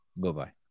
Goodbye